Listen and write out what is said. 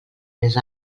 més